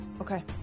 Okay